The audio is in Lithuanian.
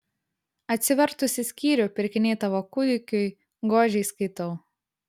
atsivertusi skyrių pirkiniai tavo kūdikiui godžiai skaitau